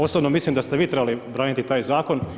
Osobno mislim da ste vi trebali braniti taj zakon.